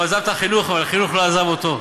הוא עזב את החינוך אבל החינוך לא עזב אותו.